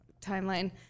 timeline